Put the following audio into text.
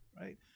right